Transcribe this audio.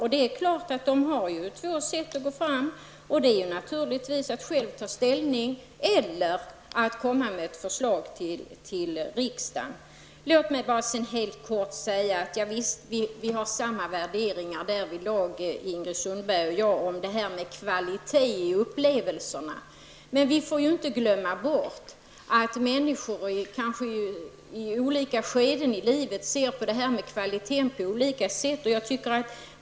Regeringen har självfallet två sätt att gå fram, antingen att själv ta ställning eller att komma med ett förslag till riksdagen. Visst har Ingrid Sundberg och jag samma värderingar när det gäller kvalitet i upplevelserna. Men vi får inte glömma bort att människor i olika skeden av livet ser på detta med kvalitet på olika sätt.